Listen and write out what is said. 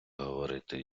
говорити